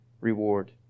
reward